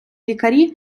лікарі